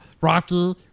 Rocky